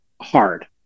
hard